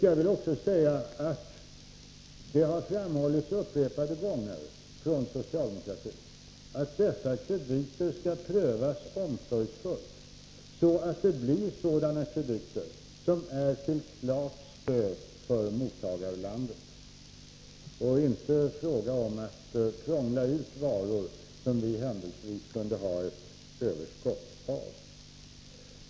Jag vill också säga att det upprepade gånger framhållits från socialdemokratin att dessa krediter skall prövas omsorgsfullt, så att det blir sådana krediter som är till klart stöd för mottagarlandet. Det är inte fråga om att prångla ut varor som vi händelsevis har ett överskott av.